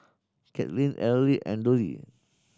Katlyn Erle and Dollie